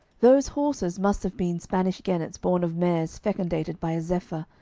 those horses must have been spanish genets born of mares fecundated by a zephyr,